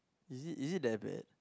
is it is it that bad